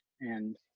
and-